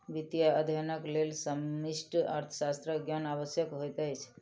वित्तीय अध्ययनक लेल समष्टि अर्थशास्त्रक ज्ञान आवश्यक होइत अछि